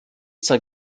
zwar